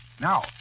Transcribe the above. Now